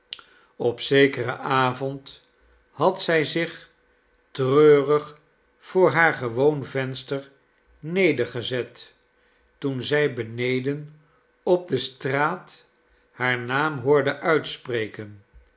op zekeren avond had zij zich treurig voor haar gewoon venster nedergezet toen zij beneden op de straat haar naam hoorde uitspreken